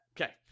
Okay